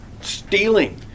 Stealing